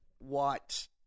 white